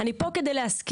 אני רוצה לדבר.